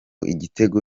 igitego